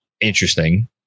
Interesting